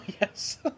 yes